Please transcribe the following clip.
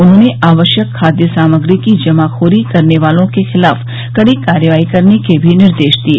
उन्होंने आवश्यक खाद्य सामग्री की जमाखोरी करने वालों के खिलाफ कड़ी कार्रवाई करने के भी निर्देश दिये